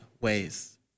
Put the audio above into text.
ways